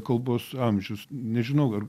kalbos amžius nežinau ar